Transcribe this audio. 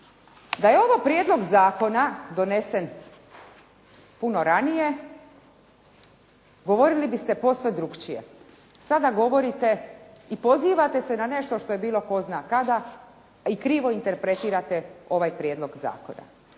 da je ovo prijedlog zakona donesen puno ranije govorili biste posve drukčije. Sada govorite i pozivate se na nešto što je bilo tko zna kada i krivo interpretirate ovaj prijedlog zakona.